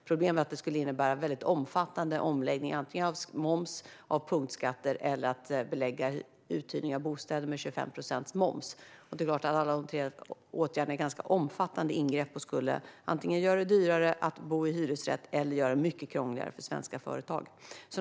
Problemet är att det skulle innebära en omfattande omläggning av antingen moms eller punktskatter eller att belägga uthyrning av bostäder med 25 procents moms. Alla de tre åtgärderna är ganska omfattande ingrepp och skulle antingen göra det dyrare att bo i hyresrätt eller göra det mycket krångligare för svenska företag.